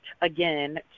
Again